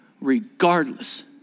regardless